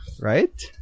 right